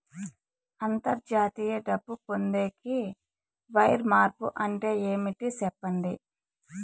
అంతర్జాతీయ డబ్బు పొందేకి, వైర్ మార్పు అంటే ఏమి? సెప్పండి?